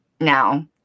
now